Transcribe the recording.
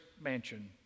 mansion